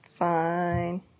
Fine